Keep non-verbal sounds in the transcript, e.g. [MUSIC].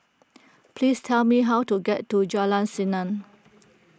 please tell me how to get to Jalan Senang [NOISE]